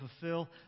fulfill